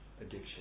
addiction